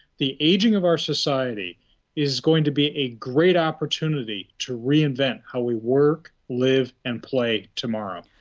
the ageing of our society is going to be a great opportunity to reinvent how we work, live and play tomorrow.